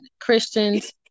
christians